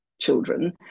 children